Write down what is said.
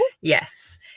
yes